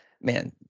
man